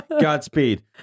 Godspeed